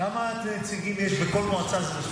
כמה נציגים יש בכל מועצה?